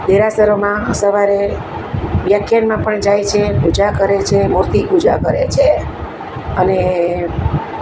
દેરાસરોમાં સવારે વ્યાખ્યાનમાં પણ જાય છે પૂજા કરે છે મૂર્તિ પૂજા કરે છે અને